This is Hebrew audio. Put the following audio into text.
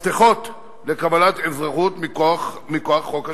מפתחות לקבלת אזרחות מכוח חוק השבות.